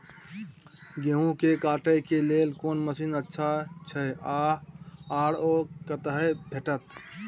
गेहूं के काटे के लेल कोन मसीन अच्छा छै आर ओ कतय भेटत?